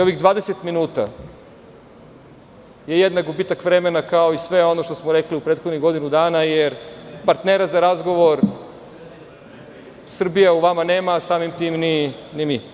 Ovih 20 minuta je jednak gubitak vremena kao i sve ono što smo rekli u prethodnih godinu dana, jer partnera za razgovor Srbija u vama nema, a samim tim ni mi.